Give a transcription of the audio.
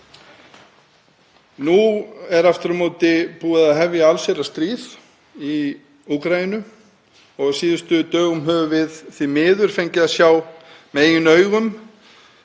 Nú er aftur á móti búið að hefja allsherjarstríð í Úkraínu. Á síðustu dögum höfum við því miður fengið að sjá með eigin augum